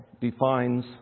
defines